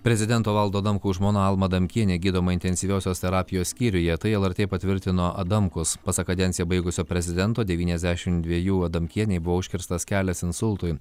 prezidento valdo adamkaus žmona alma adamkienė gydoma intensyviosios terapijos skyriuje tai lrt patvirtino adamkus pasak kadenciją baigusio prezidento devyniasdešim dviejų adamkienei buvo užkirstas kelias insultui